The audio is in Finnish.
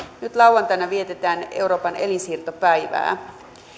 nyt lauantaina vietetään euroopan elinsiirtopäivää